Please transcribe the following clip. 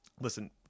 Listen